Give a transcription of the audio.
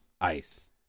Ice